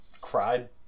cried